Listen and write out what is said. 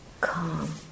calm